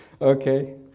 Okay